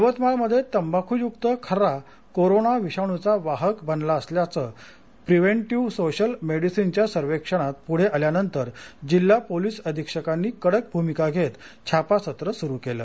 यवतमाळमध्ये तंबाखूयुक्त खर्रा कोरोना विषाणूचा वाहक बनला असल्याचं प्रिव्हेंटिव्ह सोशल मेडिसिनच्या सर्वेक्षणात पुढे आल्यानंतर जिल्हा पोलीस अधिक्षकांनी कडक भूमिका घेत छापासत्र सुरु केलं